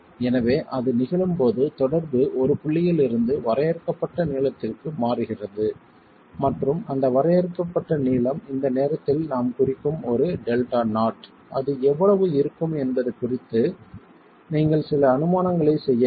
எனவே அது நிகழும்போது தொடர்பு ஒரு புள்ளியில் இருந்து வரையறுக்கப்பட்ட நீளத்திற்கு மாறுகிறது மற்றும் அந்த வரையறுக்கப்பட்ட நீளம் இந்த நேரத்தில் நாம் குறிக்கும் ஒரு டெல்டா நாட் அது எவ்வளவு இருக்கும் என்பது குறித்து நீங்கள் சில அனுமானங்களைச் செய்ய வேண்டும்